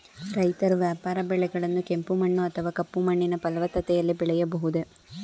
ರೈತರು ವ್ಯಾಪಾರ ಬೆಳೆಗಳನ್ನು ಕೆಂಪು ಮಣ್ಣು ಅಥವಾ ಕಪ್ಪು ಮಣ್ಣಿನ ಫಲವತ್ತತೆಯಲ್ಲಿ ಬೆಳೆಯಬಹುದೇ?